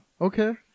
Okay